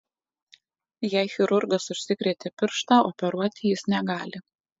jei chirurgas užsikrėtė pirštą operuoti jis negali